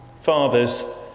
Fathers